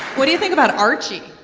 what do you think about archie,